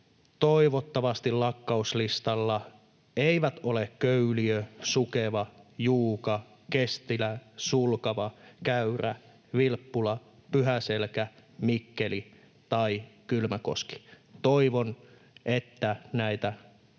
Toivottavasti lakkautuslistalla eivät ole Köyliö, Sukeva, Juuka, Kestilä, Sulkava, Käyrä, Vilppula, Pyhäselkä, Mikkeli tai Kylmäkoski. Toivon, että näitä